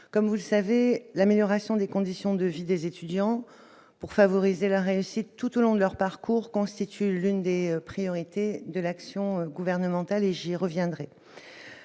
comme vous le savez, l'amélioration des conditions de vie des étudiants pour favoriser la réussite tout au long de leur parcours, constitue l'une des priorités de l'action gouvernementale et j'y reviendrai,